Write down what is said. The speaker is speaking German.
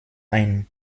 ein